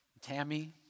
Tammy